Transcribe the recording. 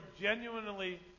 genuinely